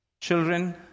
children